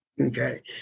Okay